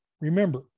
Remember